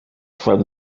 from